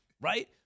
right